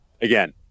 Again